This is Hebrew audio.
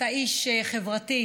אתה איש חברתי,